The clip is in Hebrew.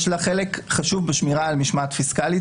יש לה חלק חשוב בשמירה על משמעת פיסקלית